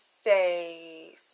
say